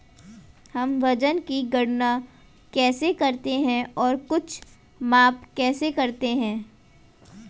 हम वजन की गणना कैसे करते हैं और कुछ माप कैसे करते हैं?